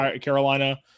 Carolina